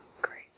great